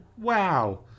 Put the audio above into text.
Wow